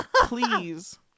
please